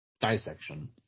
Dissection